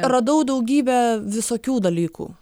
radau daugybę visokių dalykų